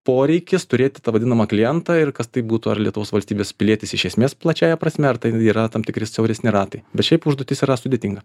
poreikis turėti tą vadinamą klientą ir kas tai būtų ar lietuvos valstybės pilietis iš esmės plačiąja prasme ar tai yra tam tikri siauresni ratai bet šiaip užduotis yra sudėtinga